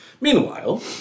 Meanwhile